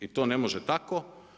I to ne može tako.